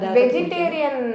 vegetarian